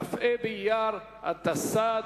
כ"ה באייר התשס"ט.